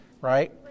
right